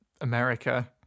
america